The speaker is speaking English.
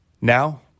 Now